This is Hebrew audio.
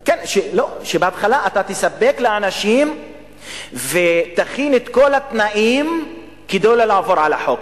בהתחלה תספק לאנשים ותכין את כל התנאים כדי לא לעבור על החוק,